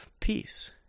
peace